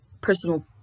personal